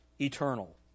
eternal